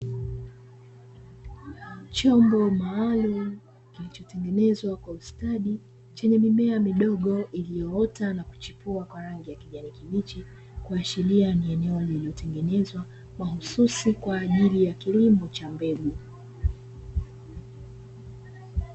Chombo maalumu kilichotengenezwa kwa ustadi, chenye mimea midogo iliyoota na kuchipua kwa rangi ya kijani kibichi, kuashiria ni eneo lililotengenezwa mahususi kwa ajili ya kilimo cha mbegu.